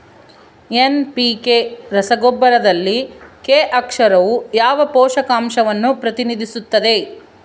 NPK ರಸಗೊಬ್ಬರದಲ್ಲಿ K ಅಕ್ಷರವು ಯಾವ ಪೋಷಕಾಂಶವನ್ನು ಪ್ರತಿನಿಧಿಸುತ್ತದೆ?